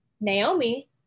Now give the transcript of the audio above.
Naomi